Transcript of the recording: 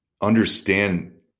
understand